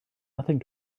nothing